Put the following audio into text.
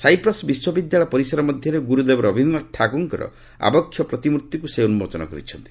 Cyprus ବିଶ୍ୱବିଦ୍ୟାଳୟ ପରିସର ମଧ୍ୟରେ ଗୁରୁଦେବ ରବିନ୍ଦ୍ରନାଥ ଠାକୁରଙ୍କର ଆବକ୍ଷ୍ୟ ପ୍ରତିମ୍ଭିଙ୍କୁ ସେ ଉନ୍କୋଚନ କରିଛନ୍ତି